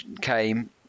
came